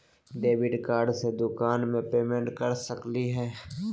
Debit card से दुकान में पेमेंट कर सकली हई?